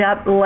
up